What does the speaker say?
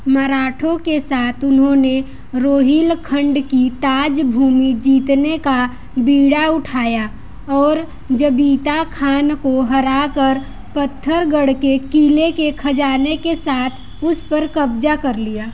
मराठों के साथ उन्होंने रोहिलखंड की ताज भूमि जीतने का बीड़ा उठाया और ज़बीता खान को हराकर पत्थरगढ़ के किले के ख़ज़ाने के साथ उस पर कब्ज़ा कर लिया